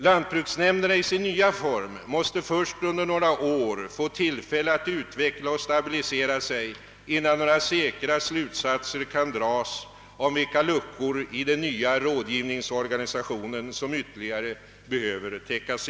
Lantbruksnämnderna i sin nya form måste först under några år få tillfälle att utveckla och stabilisera sig innan några säkra slutsatser kan dras om vilka luckor i den nya rådgivningsorganisationen som ytterligare behöver fyllas.